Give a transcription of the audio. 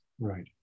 right